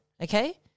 okay